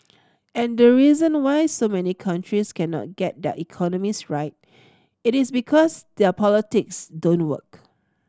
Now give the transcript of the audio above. and the reason why so many countries cannot get their economies right it is because their politics don't work